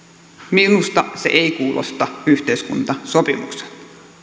minusta se ei kuulosta yhteiskuntasopimukselta